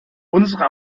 unsere